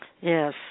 Yes